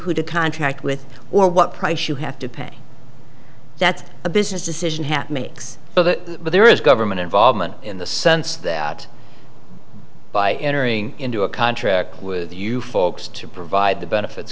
who to contract with or what price you have to pay that's a business decision hat makes so that there is government involvement in the sense that by entering into a contract with you folks to provide the benefits